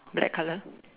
black colour